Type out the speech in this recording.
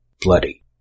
Bloody